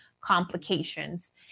complications